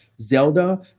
Zelda